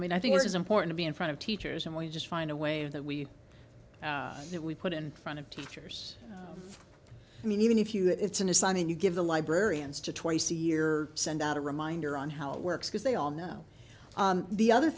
mean i think it is important to be in front of teachers and we just find a way that we that we put in front of teachers i mean even if you that it's an assignment you give the librarians to twice a year send out a reminder on how it works because they all know the other